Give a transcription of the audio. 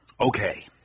Okay